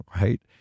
right